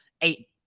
eight